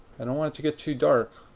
i don't want it to get too dark.